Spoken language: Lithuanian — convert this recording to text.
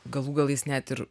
galų galais net ir